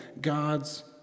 God's